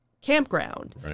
Campground